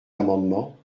amendement